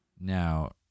Now